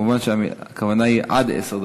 מובן שהכוונה היא עד עשר דקות.